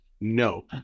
No